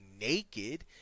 naked